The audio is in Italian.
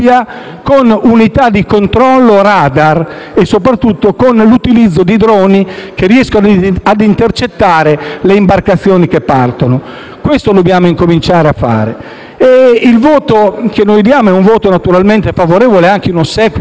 con unità di controllo *radar* e soprattutto con droni che riescano a intercettare le imbarcazioni che partono. Questo dobbiamo incominciare a fare. Esprimiamo un voto naturalmente favorevole, anche in ossequio